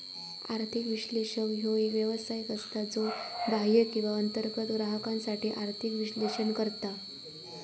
आर्थिक विश्लेषक ह्यो एक व्यावसायिक असता, ज्यो बाह्य किंवा अंतर्गत ग्राहकांसाठी आर्थिक विश्लेषण करता